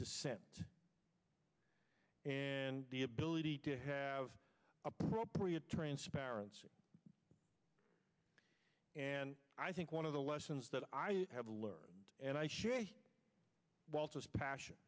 dissent and the ability to have appropriate transparency and i think one of the lessons that i have learned and i share walter's passion